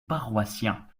paroissiens